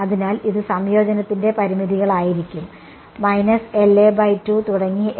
അതിനാൽ ഇത് സംയോജനത്തിന്റെ പരിമിതികളായിരിക്കും തുടങ്ങി വരെ